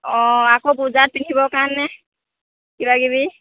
অঁ আকৌ পূজাত পিন্ধিবৰ কাৰণে কিবাকিবি